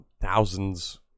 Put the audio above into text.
thousands